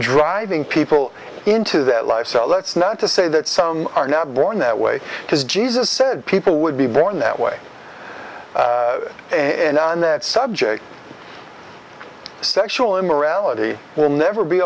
driving people into that lifestyle that's not to say that some are now born that way because jesus said people would be the one that weigh in on that subject sexual immorality will never be